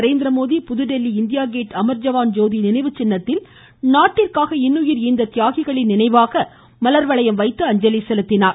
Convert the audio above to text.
நரேந்திரமோடி புதுதில்லி India Gate Amar Jawan ஜோதி நினைவுச் சின்னத்தில் நாட்டிற்காக இன்னுயிர் ஈந்த தியாகிகளின் நினைவாக மலர்வளையம் வைத்து அஞ்சலி செலுத்தினார்